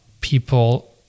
people